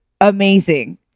amazing